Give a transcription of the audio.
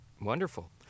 Wonderful